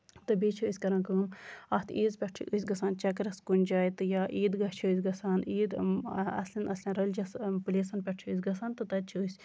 تہٕ بیٚیہِ چھِ أسۍ کران کٲم اَتھ عیٖز پٮ۪ٹھ چھِ أسۍ گژھان چَکرَس کُنہِ جایہِ تہٕ یا عیٖد گاہ چھِ أسۍ گژھان عیٖد اَصٕلٮ۪ن اَصٕلٮ۪ن رٮ۪لِجَس پٔلیسَن پٮ۪ٹھ چھِ أسۍ گژھان تہٕ تَتہِ چھِ أسۍ